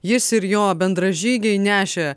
jis ir jo bendražygiai nešė